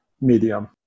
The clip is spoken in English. medium